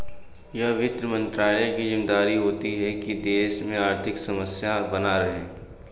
यह वित्त मंत्रालय की ज़िम्मेदारी होती है की देश में आर्थिक सामंजस्य बना रहे